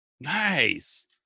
Nice